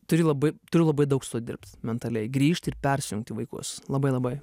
turi labai turiu labai daug su tuo dirbt mentaliai grįžt ir persijungt į vaikus labai labai